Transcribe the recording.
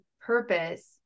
purpose